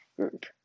group